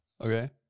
Okay